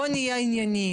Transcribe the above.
בואו נהיה ענייניים.